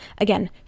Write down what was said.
Again